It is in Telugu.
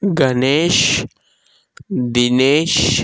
గణేష్ దినేష్